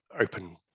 open